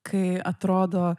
kai atrodo